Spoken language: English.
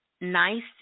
nice